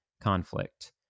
conflict